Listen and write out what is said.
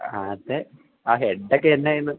ആതെ ആ ഹെഡ്ഡക്കെ എന്നായിന്നു